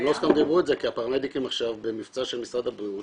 הם לא סתם דיברו על זה כי הפרמדיקים עכשיו במבצע של משרד הבריאות,